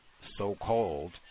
so-called